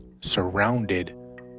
surrounded